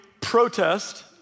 protest